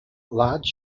large